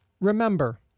Remember